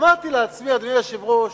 אמרתי לעצמי, אדוני היושב-ראש,